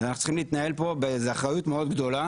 אנחנו צריכים להתנהל פה באחריות מאוד גדולה